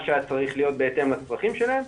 שהיה צריך להיות בהתאם לצרכים שלהם,